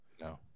No